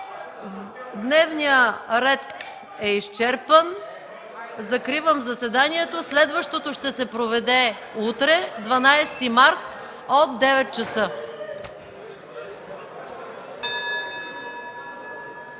Дневният ред е изчерпан, закривам заседанието. Следващото ще се проведе утре – 12 март, от 9,00 ч.